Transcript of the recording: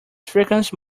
frequency